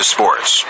Sports